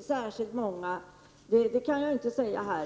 särskilt många. Det kan jag inte säga här.